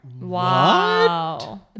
Wow